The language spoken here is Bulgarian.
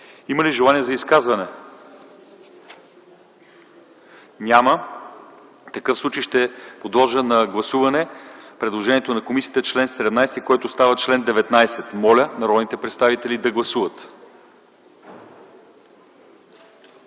Има ли желание за изказвания? Няма. В такъв случай ще подложа на гласуване предложението на комисията за текста на чл. 17, който става чл. 19. Моля народните представители да гласуват.